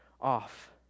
off